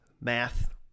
math